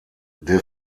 der